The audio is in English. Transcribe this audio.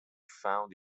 found